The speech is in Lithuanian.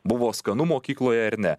buvo skanu mokykloje ar ne